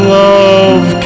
love